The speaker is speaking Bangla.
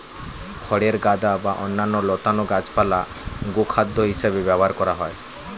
খড়ের গাদা বা অন্যান্য লতানো গাছপালা গোখাদ্য হিসেবে ব্যবহার করা হয়